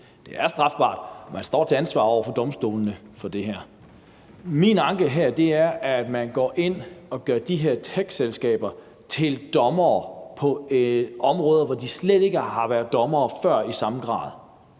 Det er strafbart, og man står til ansvar over for domstolene for det her. Min anke her er, at man går ind og gør de her techselskaber til dommere på områder, hvor de slet ikke har været dommere før i samme grad.